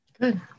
Good